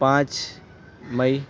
پانچ مئی